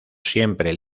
siempre